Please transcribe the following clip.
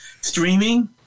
streaming